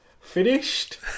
finished